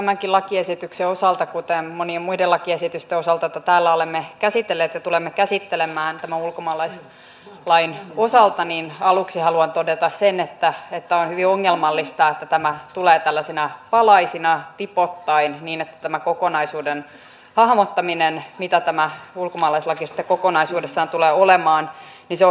tämänkin lakiesityksen osalta kuten monien muiden lakiesitysten osalta joita täällä olemme käsitelleet ja tulemme käsittelemään tämän ulkomaalaislain osalta aluksi haluan todeta sen että on hyvin ongelmallista että tämä tulee tällaisina palasina tipoittain niin että tämän kokonaisuuden hahmottaminen mitä tämä ulkomaalaislaki sitten kokonaisuudessaan tulee olemaan on hyvin ongelmallista